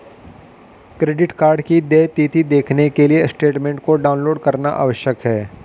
credit card की देय तिथी देखने के लिए स्टेटमेंट को डाउनलोड करना आवश्यक है